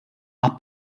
are